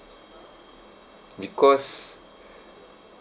because